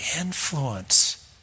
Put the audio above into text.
Influence